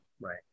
Right